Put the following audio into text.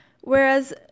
Whereas